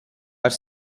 are